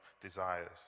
desires